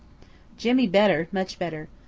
jimmy better much better.